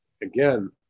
again